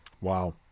Wow